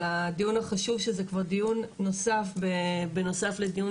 על הדיון החשוב שזה כבר דיון נוסף בנוסף לדיון